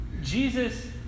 Jesus